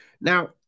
now